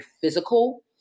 physical